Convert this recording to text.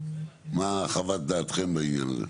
מה חוות דעתכם בעניין הזה.